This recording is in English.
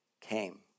came